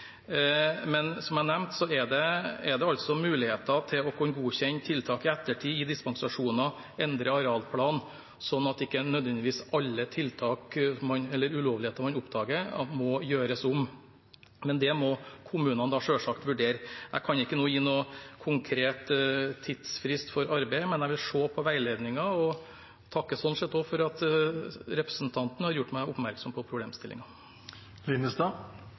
men som jeg nevnte, er det muligheter til å kunne godkjenne tiltak i ettertid, gi dispensasjoner, endre arealplan, sånn at ikke nødvendigvis alle tiltak eller ulovligheter man oppdager, må gjøres om. Det må kommunene selvsagt vurdere. Jeg kan ikke nå gi noen konkret tidsfrist for arbeidet, men jeg vil se på veiledningen og takker sånn sett også for at representanten har gjort meg oppmerksom på